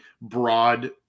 broad